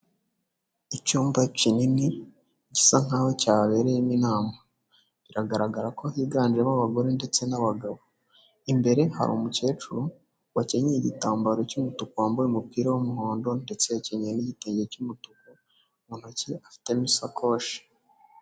Icyumba kinini gisa nk’aho cyabereyemo inama biragaragara ko higanjemo abagore ndetse n'abagabo, imbere har’umukecuru wakenyeye igitambaro cy’umutuku, wambaye umupira w’umuhondo, ndetse yakenyeye n'igitenge cy'umutuku, mu ntoki afitemo isakoshi.